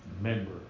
member